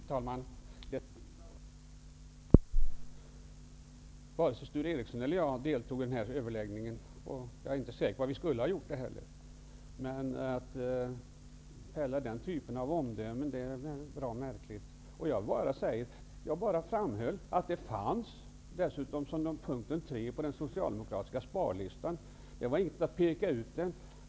Herr talman! Varken Sture Ericson eller jag deltog i denna överläggning, och jag är inte heller säker på att vi borde ha gjort det. Att, som Sture Ericson gör, fälla den typen av omdömen är märkligt. Jag bara framhöll att besparingar inom försvaret fanns som punkt tre på den socialdemokratiska sparlistan. Jag pekade inte ut den punkten.